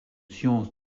sciences